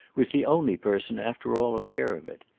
was the only person after all aware of it.